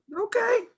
Okay